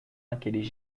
naqueles